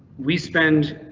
we spend.